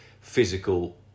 physical